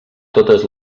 totes